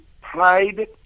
pride